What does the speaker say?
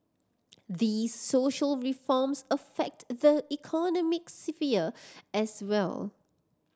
these social reforms affect the economic sphere as well